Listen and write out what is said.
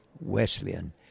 Wesleyan